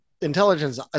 intelligence